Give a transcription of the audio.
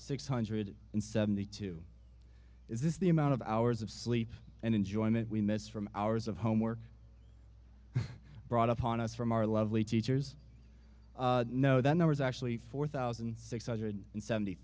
six hundred and seventy two is the amount of hours of sleep and enjoyment we miss from hours of homework brought upon us from our lovely teachers know that there was actually four thousand six hundred and seventy